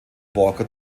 walker